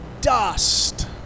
dust